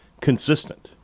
consistent